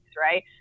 right